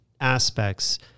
aspects